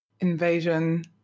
invasion